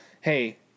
hey